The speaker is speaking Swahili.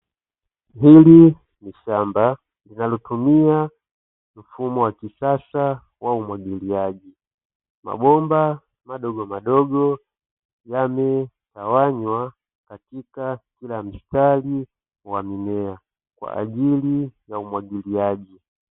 Hili ni shamba linalotumia mfumo wa kisasa wa umwagiliaji, mabombamadogo madogo yametawanywa katika kila mstari wa mimea kwa ajili ya umwagiliaji.